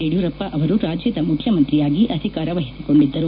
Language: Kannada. ಯಡಿಯೂರಪ್ಪ ಅವರು ರಾಜ್ಯದ ಮುಖ್ಯಮಂತ್ರಿಯಾಗಿ ಅಧಿಕಾರ ವಹಿಸಿಕೊಂಡಿದ್ದರು